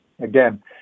Again